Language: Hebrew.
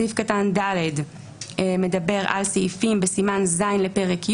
סעיף קטן (ד) מדבר על סעיפים בסימן ז' לפרק י',